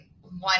one